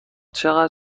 چقدر